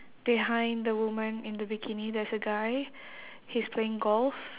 behind the woman in the bikini there's a guy he's playing golf